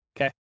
Okay